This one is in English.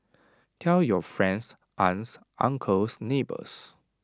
tell your friends aunts uncles neighbours